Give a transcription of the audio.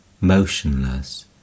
motionless